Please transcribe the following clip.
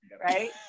right